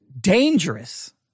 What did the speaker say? dangerous